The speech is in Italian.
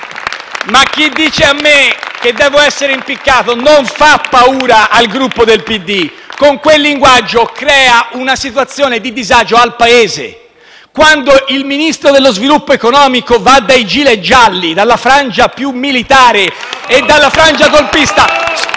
Chi dice a me che devo essere impiccato non fa paura al Gruppo del Partito Democratico: con quel linguaggio crea una situazione di disagio al Paese. Quando il Ministro dello sviluppo economico va dai *gilet* gialli, dalla frangia più militare e golpista, spaventa